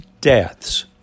deaths